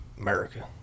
America